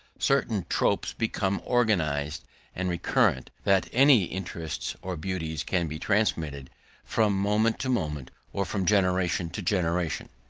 certain tropes become organised and recurrent, that any interests or beauties can be transmitted from moment to moment or from generation to generation.